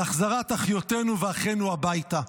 על החזרת אחיותינו ואחינו הביתה.